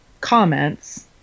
comments